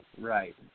right